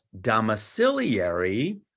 domiciliary